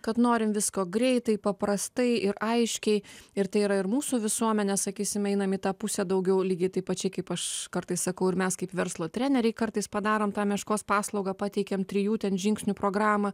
kad norim visko greitai paprastai ir aiškiai ir tai yra ir mūsų visuomenė sakysim einam į tą pusę daugiau lygiai taip pat kaip čia aš kartais sakau ir mes kaip verslo treneriai kartais padarom tą meškos paslaugą pateikiam trijų ten žingsnių programą